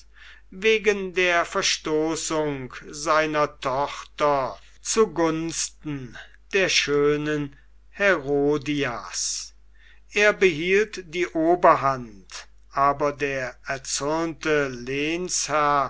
wegen der verstoßung seiner tochter zu gunsten der schönen herodias er behielt die oberhand aber der erzürnte